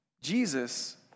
Jesus